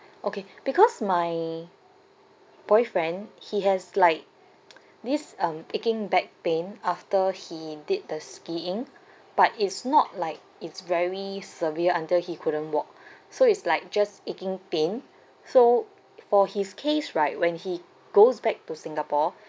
okay because my boyfriend he has like this um aching back pain after he did the skiing but it's not like it's very severe until he couldn't walk so it's like just aching pain so for his case right when he goes back to singapore